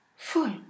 Full